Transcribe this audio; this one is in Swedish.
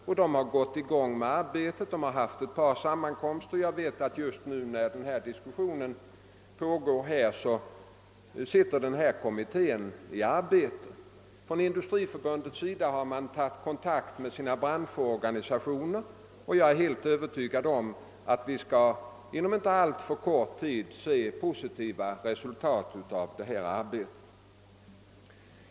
Kommittén har kommit i gång och hållit ett par sammankomster. Just nu medan vår diskussion pågår sitter denna kommitté i arbete. Industriförbundet har tagit kontakt med sina branschorganisationer. Jag är helt övertygad om att vi inom inte alltför lång tid skall se positiva resultat av denna verksamhet.